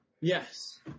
Yes